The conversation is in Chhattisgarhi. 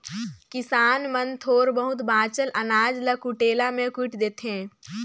किसान मन थोर बहुत बाचल अनाज ल कुटेला मे कुइट देथे